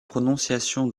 prononciation